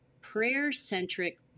prayer-centric